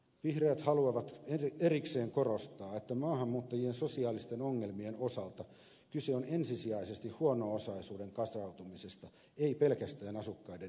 vihreät haluavat erikseen korostaa että maahanmuuttajien sosiaalisten ongelmien osalta kyse on ensisijaisesti huono osaisuuden kasautumisesta ei pelkästään asukkaiden etnisestä taustasta